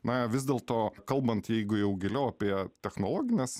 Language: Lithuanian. na vis dėlto kalbant jeigu jau giliau apie technologines